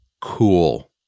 Cool